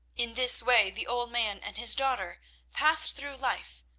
in this way the old man and his daughter passed through life,